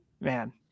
man